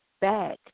back